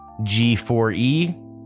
G4E